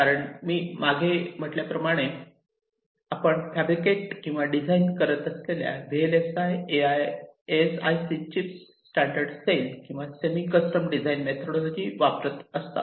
कारण मी मागे म्हटल्याप्रमाणे आपण फॅब्रिकेट किंवा डिझाईन करत असलेल्या VLSI ASICs chip standard cell किंवा सेमी कस्टम डिझाईन मेथोडोलॉजी वापरतात